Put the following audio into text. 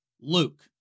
Luke